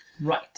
Right